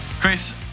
Chris